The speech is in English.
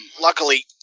luckily